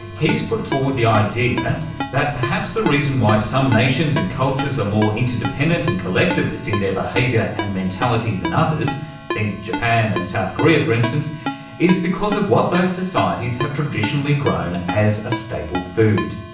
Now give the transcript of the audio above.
he's put forward the idea that perhaps the reason why some nations and cultures are more interdependent and collectivist in their behaviour and mentality than others think japan and south korea, for instance is because of what those societies have traditionally grown as a staple food,